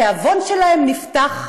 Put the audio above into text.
התיאבון שלהם נפתח,